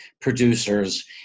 producers